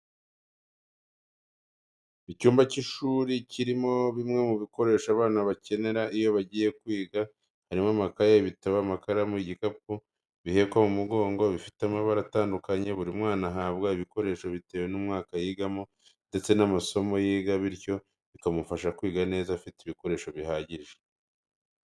Icyumba cy'ishuri kirimo bimwe mu bikoresho abana bakenera iyo bagiye kwiga harimo amakaye, ibitabo, amakaramu, ibikapu bihekwa mu mugongo bifite amabara atandukanye buri mwana ahabwa ibikoresho bitewe n'umwaka yigamo ndetse n'amasomo yiga bityo bikamufasha kwiga neza afite ibikoresho bihagije.